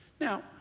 Now